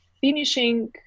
finishing